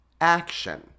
action